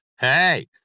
Hey